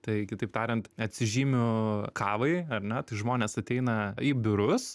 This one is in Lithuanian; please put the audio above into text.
tai kitaip tariant atsižymiu kavai ar ne tai žmonės ateina į biurus